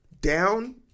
down